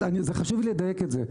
חשוב לי לדייק את זה.